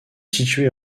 située